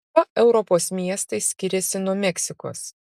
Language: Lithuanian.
kuo europos miestai skiriasi nuo meksikos